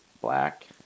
black